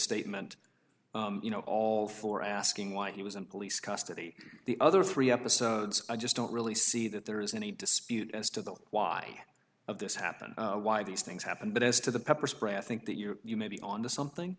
statement you know all for asking why he was in police custody the other three episodes i just don't really see that there is any dispute as to the why of this happened why these things happened but as to the pepper spray i think that you you may be on to something